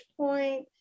Point